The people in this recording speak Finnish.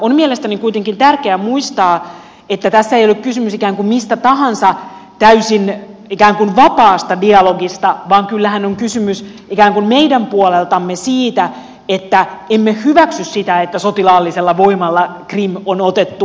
on mielestäni kuitenkin tärkeää muistaa että tässä ei ole kysymys ikään kuin mistä tahansa ikään kuin täysin vapaasta dialogista vaan kyllähän on kysymys ikään kuin meidän puoleltamme siitä että emme hyväksy sitä että sotilaallisella voimalla krim on otettu haltuun